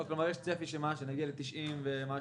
כלומר יש צפי שנגיע ל-90 ומשהו.